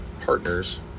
partners